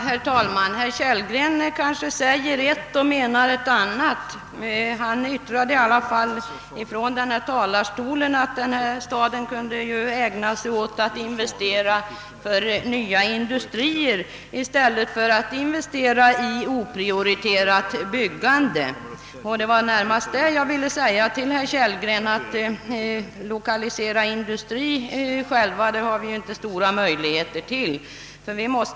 Herr talman! Herr Kellgren kanske säger ett och menar ett annat. Han yttrade i alla fall från denna talarstol, att den stad han avsåg ju kunde ägna sig åt att investera i nya industrier i stället för att investera i oprioriterat byggande. Vad jag närmast ville säga till herr Kellgren var bara, att vi inte har stora möjligheter att själva lokalisera industri.